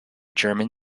german